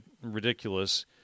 ridiculous